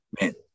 man